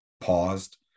paused